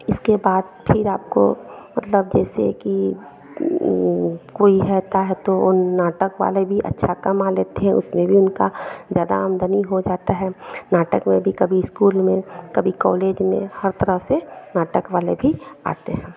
इसके बाद फिर आपको मतलब जैसे कि कोई रहता है तो वह नाटक वाले भी अच्छा कमा लेते हैं उसमें भी उनका ज़्यादा आमदनी हो जाता है नाटक में भी कभी इस्कूल में कभी कोलेज में हर तरह से नाटक वाले भी आते हैं